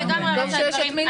טוב שיש את מי להאשים.